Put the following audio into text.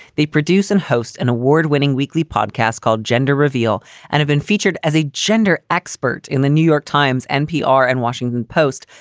they produce and host an award winning weekly podcast called gender reveal and have been featured as a gender expert in the new york times, npr and washington post,